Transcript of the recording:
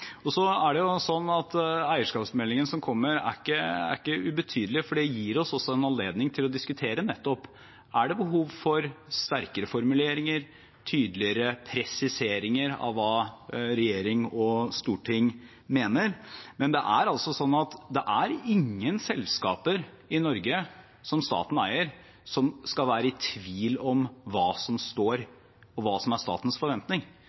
det statlige eierskapet. Eierskapsmeldingen som kommer, er ikke ubetydelig, for den gir oss en anledning til å diskutere nettopp om det er behov for sterkere formuleringer og tydeligere presiseringer av det regjering og storting mener. Men det er altså sånn at ingen selskaper i Norge, som staten eier, skal være i tvil om hva som står, og hva som er statens forventning.